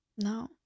no